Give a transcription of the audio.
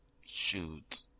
shoot